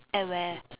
at where